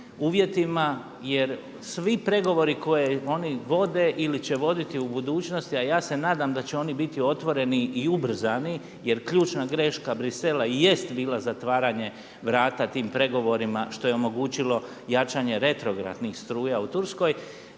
uvjetima jer svi pregovori koje oni vode ili će voditi u budućnosti a ja se nadam da će oni biti otvoreni i ubrzani jer ključna greška Brisela i jest bila zatvaranje vrata tim pregovorima što je omogućilo jačanje retrogradnih struja u Turskoj